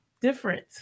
different